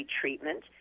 treatment